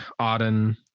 Auden